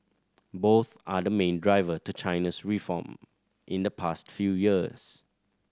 both are the main driver to China's reform in the past few years